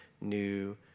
new